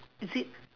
is it